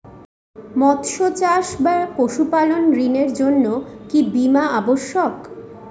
মৎস্য চাষ বা পশুপালন ঋণের জন্য কি বীমা অবশ্যক?